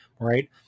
right